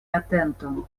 atenton